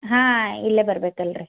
ಹಾಂ ಇಲ್ಲೇ ಬರ್ಬೇಕು ಅಲ್ರಿ